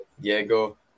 Diego